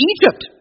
Egypt